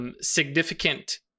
significant